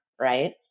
right